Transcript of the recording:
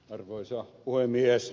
arvoisa puhemies